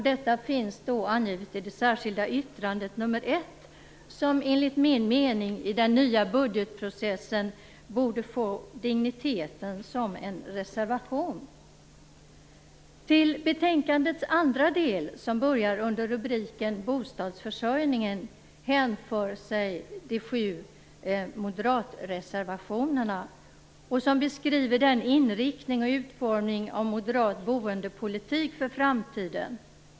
Detta finns angivet i det särskilda yttrandet nr 1, som enligt min mening i den nya budgetprocessen borde få digniteten som en reservation. Till betänkandets andra del, som börjar under rubriken Bostadsförsörjningen, hänför sig de sju moderatreservationerna, i vilka beskrivs inriktningen och utformningen av moderat boendepolitik för framtiden.